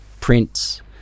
prints